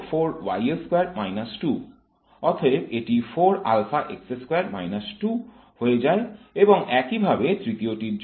অতএব এটি হয়ে যায় এবং একইভাবে তৃতীয়টির জন্য